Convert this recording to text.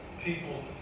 people